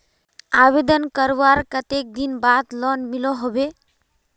आवेदन करवार कते दिन बाद लोन मिलोहो होबे?